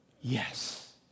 Yes